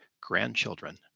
grandchildren